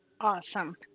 awesome